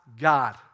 God